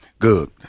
Good